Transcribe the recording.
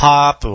Pop